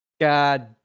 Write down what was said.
God